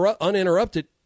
uninterrupted